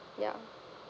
ya